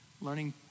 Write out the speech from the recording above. Learning